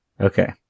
okay